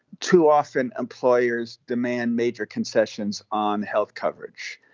too often, employers demand major concessions on health coverage.